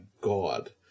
God